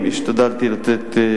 בהחלט אני מעורב מרגע שנכנסתי לתפקיד,